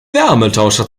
wärmetauscher